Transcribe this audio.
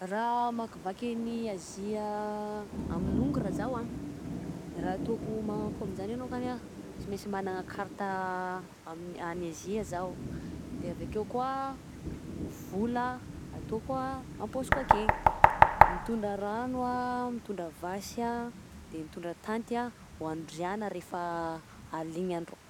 Raha hamakivaky an'Azia amin'ny hongora zaho a, raha ataoko homaniko amin'izany longany, sy mainsy manana carte amin'- an'Azia zaho, de avy akeo vola ataoko a am-paosiko akegny ragno a, mitondra vasy a, de mitondra tenty a hoandriagna refa alina igny ny andro.